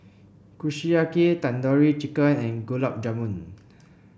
Kushiyaki Tandoori Chicken and Gulab Jamun